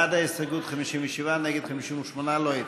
בעד ההסתייגות, 57, נגד, 58. לא התקבלה.